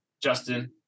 Justin